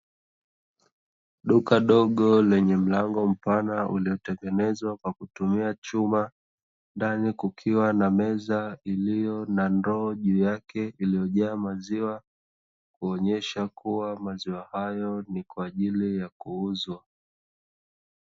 Duka dogo lenye mlango mpana uliotengenezwa kwa kutumia chuma, ndani kukiwa na meza iliyo na ndoo juu yake iliyojaa maziwa kuonyesha kuwa maziwa hayo ni kwa ajili ya kuuzwa.